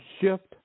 shift